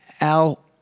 Al